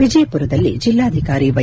ವಿಜಯಪುರದಲ್ಲಿ ಜಿಲ್ಲಾಧಿಕಾರಿ ವೈ